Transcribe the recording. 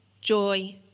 joy